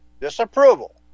disapproval